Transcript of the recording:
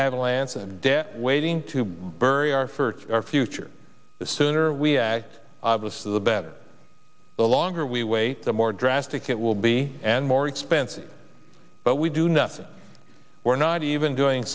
avalanche of debt waiting to burry our for our future the sooner we add this to the better the longer we wait the more drastic it will be and more expensive but we do nothing we're not even doing